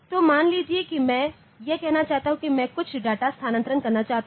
तो मान लीजिए कि मैं यह कहना चाहता हूं कि मैं कुछ डाटा स्थानांतरण करना चाहता हूं